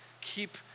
Keep